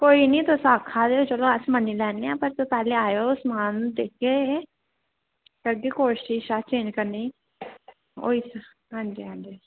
कोई नी तुस आखा दे ओ चलो अस मन्नी लैन्ने पर तुस पैह्ले आएओ समान दिखगे करगे कोशिश अस चेंज करने दी होई सक हां जी हां जी